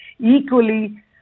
Equally